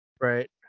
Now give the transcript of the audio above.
Right